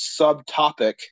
subtopic